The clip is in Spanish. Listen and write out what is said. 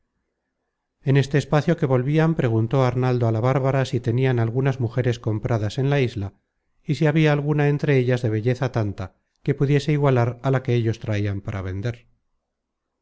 en este espacio que volvian preguntó arnaldo á la bárbara si tenian algunas mujeres compradas en la isla y si habia alguna entre ellas de belleza tanta que pudiese igualar á la que ellos traian para vender